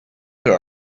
they